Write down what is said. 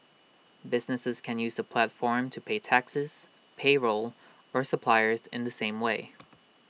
businesses can use the platform to pay taxes payroll or suppliers in the same way